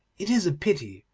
it is a pity,